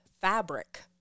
fabric